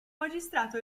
magistrato